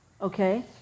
Okay